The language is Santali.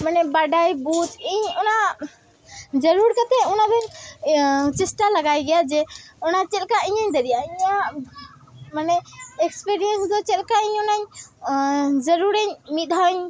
ᱢᱟᱱᱮ ᱵᱟᱰᱟᱭ ᱵᱩᱡᱷ ᱤᱧ ᱚᱱᱟ ᱡᱟᱹᱨᱩᱲ ᱠᱟᱛᱮᱫ ᱚᱱᱟᱦᱚᱸᱧ ᱪᱮᱥᱴᱟ ᱞᱮᱜᱟᱭ ᱜᱮᱭᱟ ᱡᱮ ᱚᱱᱟ ᱪᱮᱫᱞᱮᱠᱟ ᱤᱧᱤᱧ ᱫᱟᱲᱮᱭᱟᱜᱼᱟ ᱤᱧᱟᱹᱜ ᱢᱟᱱᱮ ᱮᱠᱥᱯᱤᱨᱤᱭᱮᱱᱥᱫᱚ ᱪᱮᱫᱞᱮᱠᱟ ᱤᱧ ᱚᱱᱟᱧ ᱡᱟᱹᱨᱩᱲ ᱤᱧ ᱢᱤᱫᱼᱫᱷᱟᱣᱤᱧ